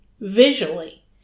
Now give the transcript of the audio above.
visually